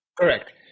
Correct